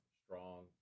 strong